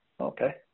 Okay